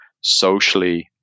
socially